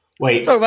Wait